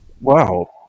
Wow